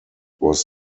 was